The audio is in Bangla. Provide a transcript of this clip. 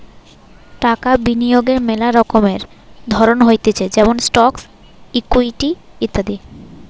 টাকা বিনিয়োগের মেলা রকমের ধরণ হতিছে যেমন স্টকস, ইকুইটি ইত্যাদি